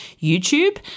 youtube